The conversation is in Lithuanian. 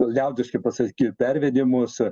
liaudiškai pasakyt pervedimus